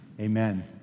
Amen